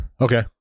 Okay